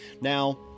Now